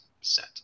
set